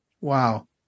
Wow